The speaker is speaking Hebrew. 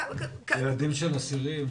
ילדים של אסירים.